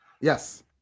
Yes